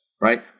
Right